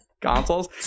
consoles